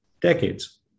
decades